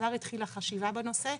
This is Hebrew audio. כבר התחילה חשיבה בנושא,